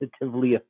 positively